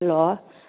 hello